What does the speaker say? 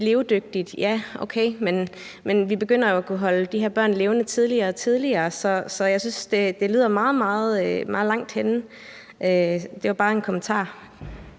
levedygtigt? Ja, okay, men vi begynder jo at kunne holde de her børn levende tidligere og tidligere, så jeg synes, det lyder, som om det er meget, meget langt henne i graviditeten. Det var en kommentar.